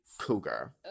Cougar